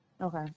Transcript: okay